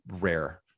rare